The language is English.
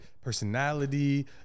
personality